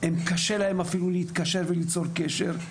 קשה להם אפילו להתקשר וליצור קשר,